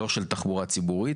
לא של תחבורה ציבורית,